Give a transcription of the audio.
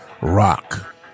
Rock